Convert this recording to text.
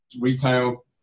retail